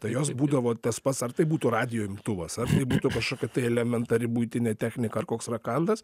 tai jos būdavo tas pats ar tai būtų radijo imtuvas ar tai būtų kažkokia tai elementari buitinė technika ar koks rakandas